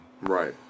Right